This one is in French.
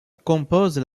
composent